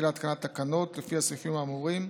להתקנת תקנות לפי הסעיפים האמורים.